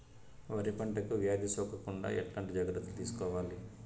వరి పంటకు వ్యాధి సోకకుండా ఎట్లాంటి జాగ్రత్తలు తీసుకోవాలి?